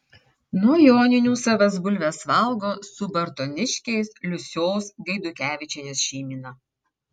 nuo joninių savas bulves valgo subartoniškės liusios gaidukevičienės šeimyna